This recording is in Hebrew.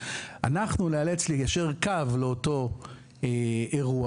ואנחנו ניאלץ ליישר קו לאותו אירוע,